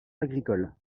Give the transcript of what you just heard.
agricole